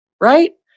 Right